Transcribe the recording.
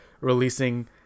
releasing